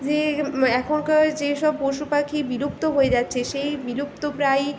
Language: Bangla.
যে মা এখনকার যেসব পশুপাখি বিলুপ্ত হয়ে যাচ্ছে সেই বিলুপ্তপ্রায়